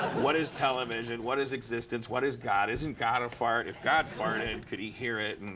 what is television? what is existence? what is god? isn't god a fart? if god farted, could he hear it? and